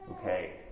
okay